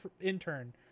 intern